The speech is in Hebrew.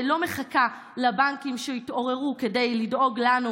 לא מחכה לבנקים שיתעוררו כדי לדאוג לנו,